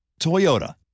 Toyota